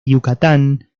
yucatán